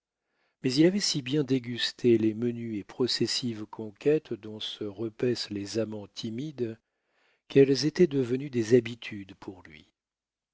mais il avait si bien dégusté les menues et processives conquêtes dont se repaissent les amants timides qu'elles étaient devenues des habitudes pour lui